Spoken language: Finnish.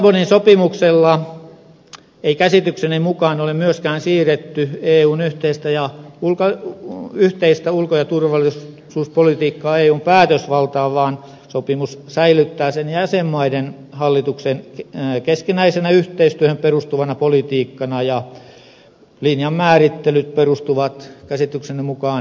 lissabonin sopimuksella ei käsitykseni mukaan ole myöskään siirretty eun yhteistä ulko ja turvallisuuspolitiikkaa eun päätösvaltaan vaan sopimus säilyttää sen jäsenmaiden hallitusten keskinäisenä yhteistyöhön perustuvana politiikkana ja linjanmäärittelyt perustuvat käsitykseni mukaan yksimielisyyteen